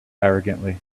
arrogantly